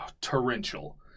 torrential